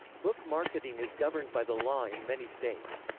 book marketing is governed by the law in many states.